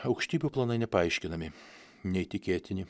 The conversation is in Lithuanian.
aukštybių planai nepaaiškinami neįtikėtini